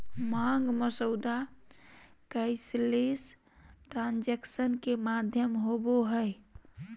मांग मसौदा cashless transaction के माध्यम होबो हइ